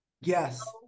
Yes